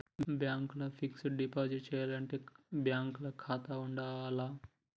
Bank ల fixed deposit చేయాలంటే bank ల ఖాతా ఉండాల్నా?